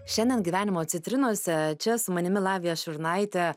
šiandien gyvenimo citrinose čia su manimi lavija šurnaite